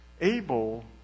Abel